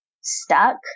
stuck